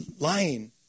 lying